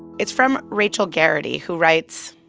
it's from rachel garrity who writes,